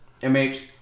MH